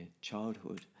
childhood